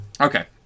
Okay